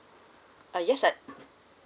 uh yes that